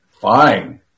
fine